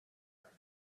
her